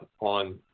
on